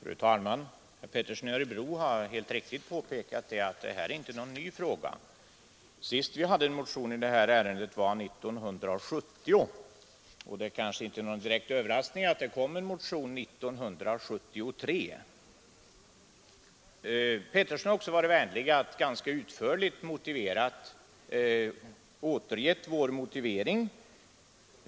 Fru talman! Herr Pettersson i Örebro har helt riktigt påpekat att det här inte är någon ny fråga. Senast vi hade att behandla en motion i ärendet var 1970, och det kanske inte är någon direkt överraskning att det kom en motion nu 1973. Herr Pettersson i Örebro har också varit vänlig att ganska utförligt återge vår motivering för avslag på motionen.